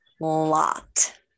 lot